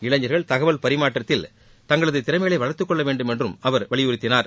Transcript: இளைஞர்கள் தகவல் பரிமாற்றத்தில் தங்களது திறமைகளை வளர்த்துக் கொள்ளவேண்டும் என்றும் அவர் வலியுறுத்தினார்